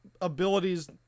abilities